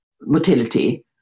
motility